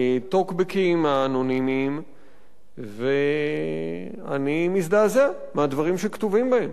הטוקבקים האנונימיים ואני מזדעזע מהדברים שכתובים בהם,